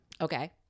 okay